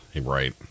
right